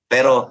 Pero